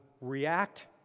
react